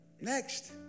Next